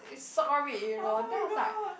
it saw me you know then I was like